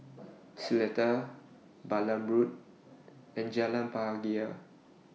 Seletar Balam Road and Jalan Bahagia